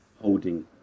holding